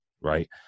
right